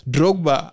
Drogba